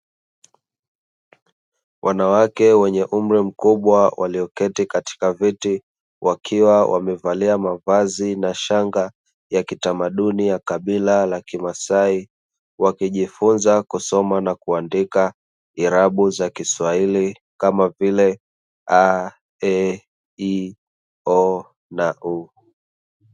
Wanawake wenye umri mkubwa walioketi katika viti wakiwa wamevalia mavazi na shanga ya kitamaduni ya kabila la kimaasai; wakijifunza kusoma na kuandika irabu za Kiswahili kama vile a,e,i,o na u.